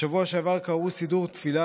בשבוע שעבר קרעו סידור תפילה,